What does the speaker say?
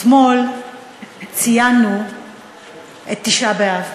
אתמול ציינו את תשעה באב.